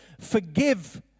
forgive